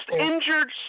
injured